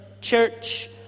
church